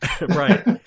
Right